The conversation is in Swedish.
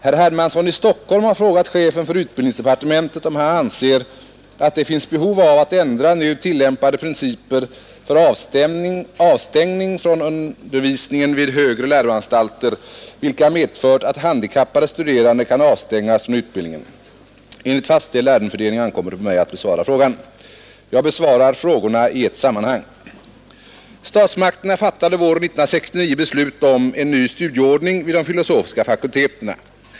Herr Hermansson i Stockholm har frågat chefen för utbildningsdepartementet, om han anser att det finns behov av att ändra nu tillämpade principer för avstängning från undervisningen vid högre läroanstalter, vilka medfört att handikappade studerande kan avstängas från utbildning. Enligt fastställd ärendefördelning ankommer det på mig att besvara frågan. Jag besvarar frågorna i ett sammanhang. Statsmakterna fattade våren 1969 beslut om en ny studieordning vid de filosofiska fakulteterna.